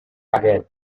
again